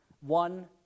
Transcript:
one